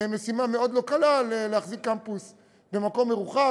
משימה מאוד לא קלה להחזיק קמפוס במקום מרוחק.